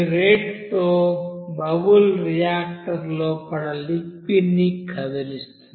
ఈ రేటుతో bubble reactor లోపల లిక్విడ్ ని కదిలిస్తుంది